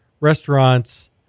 restaurants